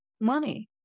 money